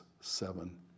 seven